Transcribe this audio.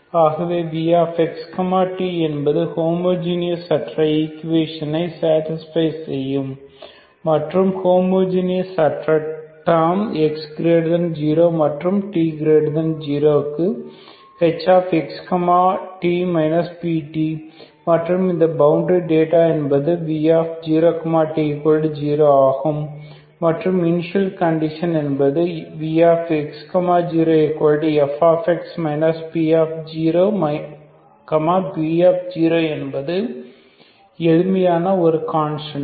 ஆகவே vx t என்பது homogeneous அற்ற ஈக்குவேஷனை சேடிஸ்பை செய்யும் செய்யும் மற்றும் ஹோமோஜீனியஸ் அற்ற டேர்ம் x 0 மற்றும் t0 க்கு hx t pt மற்றும் இந்த பவுண்டரி டேட்டா என்பது v0 t0 ஆகும் மற்றும் இனிசியல் கண்டிஷன் என்பது vx 0fx p0 p என்பது எளிமையாக ஒரு கான்ஸ்டன்ட்